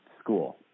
school